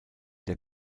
der